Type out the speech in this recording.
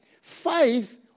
Faith